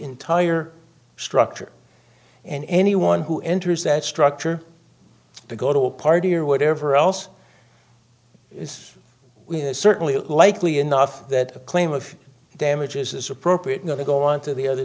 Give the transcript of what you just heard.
entire structure and anyone who enters that structure to go to a party or whatever else is certainly likely enough that a claim of damages is appropriate not to go on to the other